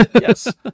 Yes